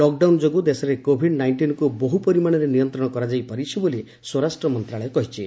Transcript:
lockdown ଯୋଗୁଁ ଦେଶରେ COVID ନାଇଷ୍ଟିନ୍କୁ ବହୁପରିମାଣରେ ନିୟନ୍ତ୍ରଣ କରାଯାଇପାରିଛି ବୋଲି ସ୍ପରାଷ୍ଟ ମନ୍ତ୍ରଣାଳୟ କହିଛି